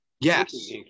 yes